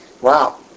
wow